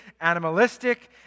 animalistic